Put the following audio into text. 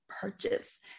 purchase